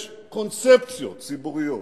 יש קונספציות ציבוריות,